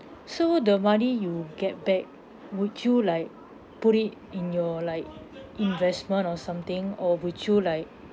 so the money you get back would you like put it in your like investment or something or would you like